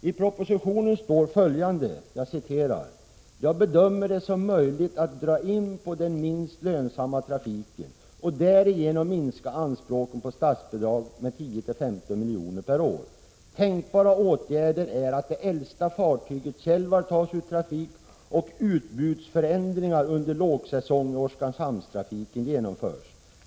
I propositionen står följande: ”Jag bedömer det som möjligt att dra in på den minst lönsamma trafiken och därigenom minska anspråken på statsbidrag med 10-15 milj.kr. per år. Tänkbara åtgärder är att det äldsta fartyget Thjelvar tas ur trafik och att utbudsförändringar under lågsäsong i Oskarshamnstrafiken genomförs.